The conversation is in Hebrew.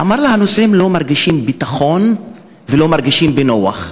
אמרו לה: הנוסעים לא מרגישים ביטחון ולא מרגישים נוח.